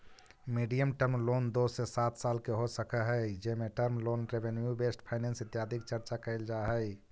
medium term loan दो से सात साल के हो सकऽ हई जेमें term loan revenue best finance इत्यादि के चर्चा कैल जा हई